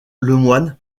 lemoine